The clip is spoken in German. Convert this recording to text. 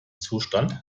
zustand